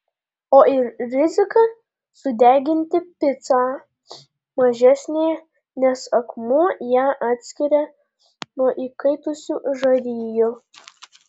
o ir rizika sudeginti picą mažesnė nes akmuo ją atskiria nuo įkaitusių žarijų